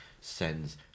sends